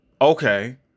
okay